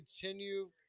continue